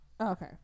Okay